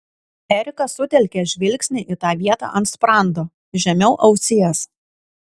erikas sutelkė žvilgsnį į tą vietą ant sprando žemiau ausies